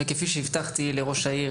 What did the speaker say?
כפי שהבטחתי לראש העיר,